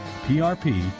PRP